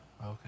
Okay